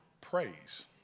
praise